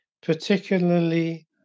particularly